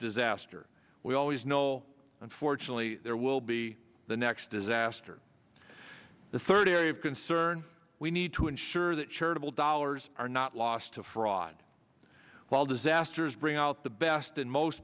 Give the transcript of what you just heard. disaster we always know unfortunately there will be the next disaster the third area of concern we need to ensure that charitable dollars are not lost to fraud while disasters bring out the best in most